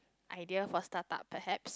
idea for start up perhaps